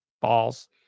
balls